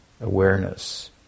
awareness